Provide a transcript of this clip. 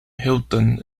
hilton